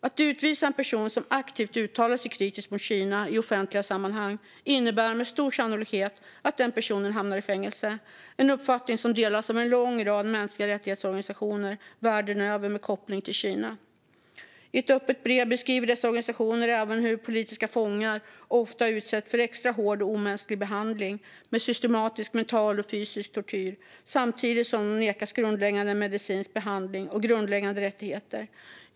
Att utvisa en person som aktivt uttalar sig kritiskt mot Kina i offentliga sammanhang innebär med stor sannolikhet att den personen hamnar i fängelse - en uppfattning som delas av en lång rad organisationer för mänskliga rättigheter världen över med koppling till Kina. I ett öppet brev beskriver dessa organisationer även hur politiska fångar ofta utsatts för extra hård och omänsklig behandling med systematisk mental och fysisk tortyr, samtidigt som de nekats grundläggande medicinsk behandling och grundläggande rättigheter.